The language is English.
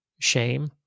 shame